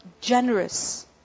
generous